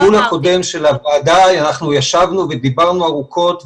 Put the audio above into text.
בגלגול הקודם של הוועדה אנחנו ישבנו ודיברנו ארוכות,